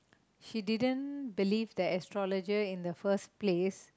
she didn't believe the astrologer in the first place